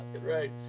Right